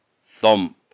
thump